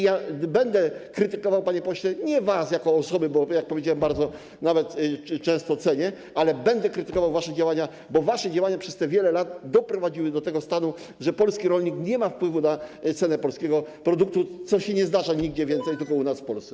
I będę krytykował, panie pośle, nie was jako osoby, bo jak powiedziałem, bardzo... nawet często cenię, ale będę krytykował wasze działania, bo wasze działania przez wiele lat doprowadziły do tego stanu, że polski rolnik nie ma wpływu na cenę polskiego produktu, co się nie zdarza nigdzie więcej, tylko u nas w Polsce.